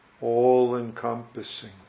all-encompassing